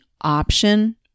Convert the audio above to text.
option